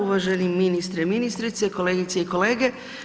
Uvaženi ministre i ministrice, kolegice i kolege.